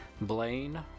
Blaine